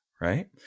Right